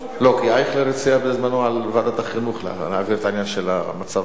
כי בזמנו אייכלר הציע להעביר את העניין של המצב בדרום לוועדת החינוך.